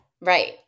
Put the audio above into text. Right